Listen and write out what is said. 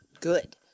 good